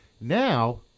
Now